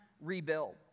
rebuild